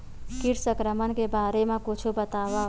कीट संक्रमण के बारे म कुछु बतावव?